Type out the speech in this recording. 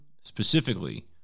specifically